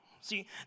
See